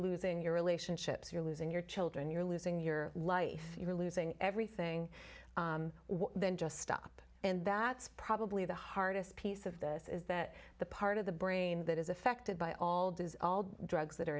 losing your relationships you're losing your children you're losing your life you're losing everything what then just stop and that's probably the hardest piece of this is that the part of the brain that is affected by all does all drugs that are